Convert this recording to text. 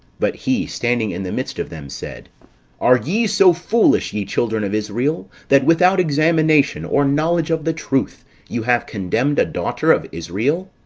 but he standing in the midst of them, said are ye so foolish, ye children of israel, that without examination or knowledge of the truth, you have condemned a daughter of israel?